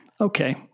okay